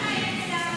למה אין שר?